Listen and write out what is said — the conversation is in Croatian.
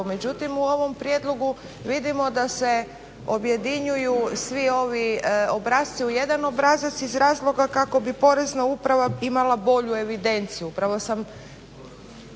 Međutim u ovom prijedlogu vidimo da se objedinjuju svi ovi obrasci u jedan obrazac iz razloga kako bi porezna uprava imala bolju evidenciju.